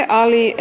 ali